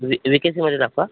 we V K सीमध्ये दाखवा